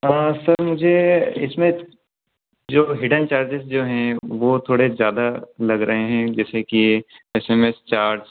sir मुझे इसमें जो हिडेन चार्जेज़ जो हैं वे थोड़े ज़्यादा लग रहे हैं जैसे कि एसएमएस चार्ज